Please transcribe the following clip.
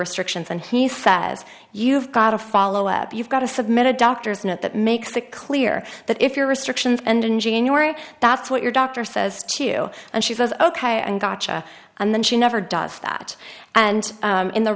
restrictions and he says you've got a follow up you've got to submit a doctor's note that makes it clear that if you're restrictions and in january that's what your doctor says to you and she says ok and gotcha and then she never does that and in the